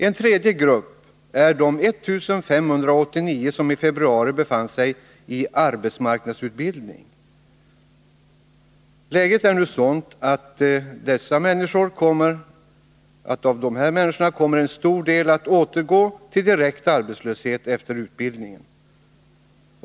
En tredje grupp är de 1589 som i februari befann sig i arbetsmarknadsutbildning. Läget är nu sådant att en stor del av dessa kommer att återgå till direkt arbetslöshet efter utbildningen.